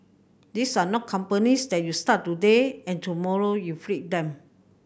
these are not companies that you start today and tomorrow you flip them